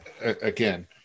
again